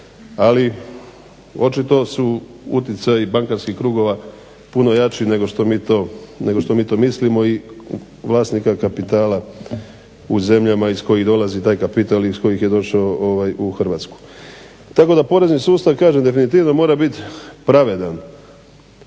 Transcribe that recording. Ali, očito su utjecaji bankarskih krugova puno jači nego što mi to mislimo i vlasnika kapitala u zemljama iz kojih dolazi taj kapital i iz kojih je došao u Hrvatsku. Tako da porezni sustav kažem definitivno mora biti pravedan.